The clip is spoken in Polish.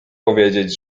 powiedzieć